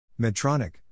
Medtronic